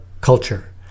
culture